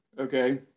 okay